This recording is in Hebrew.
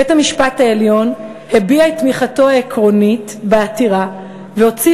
בית-המשפט העליון הביע את תמיכתו העקרונית בעתירה והוציא